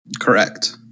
Correct